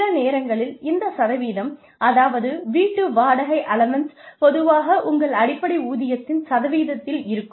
சில நேரங்களில் இந்த சதவீதம் அதாவது வீட்டு வாடகை அலவன்ஸ் பொதுவாக உங்கள் அடிப்படை ஊதியத்தின் சதவீதத்தில் இருக்கும்